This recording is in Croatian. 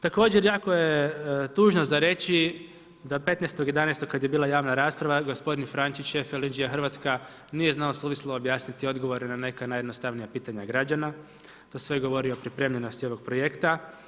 Također jako je tužno za reći da 15.11. kad je bila javna rasprava gospodin Frančić … nije znao suvislo objasniti odgovore na neka najjednostavnija pitanja građana, to sve govori o pripremljenosti ovog projekta.